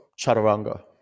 Chaturanga